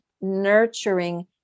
Nurturing